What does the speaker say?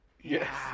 Yes